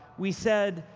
we said,